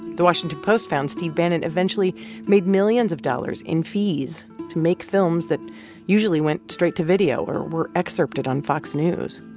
the washington post found steve bannon eventually made millions of dollars in fees to make films that usually went straight to video or were excerpted on fox news.